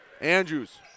Andrews